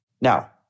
Now